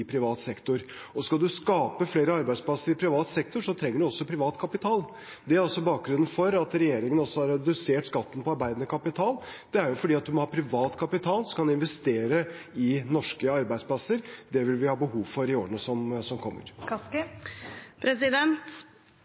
privat sektor. Og skal man skape flere arbeidsplasser i privat sektor, trenger man også privat kapital. Det er også bakgrunnen for at regjeringen har redusert skatten på arbeidende kapital. Det er fordi man må ha privat kapital som kan investere i norske arbeidsplasser. Det vil vi ha behov for i årene som kommer. Det åpnes for oppfølgingsspørsmål – først Kari Elisabeth Kaski.